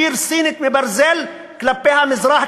קיר סיני מברזל כלפי המזרח,